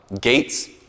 gates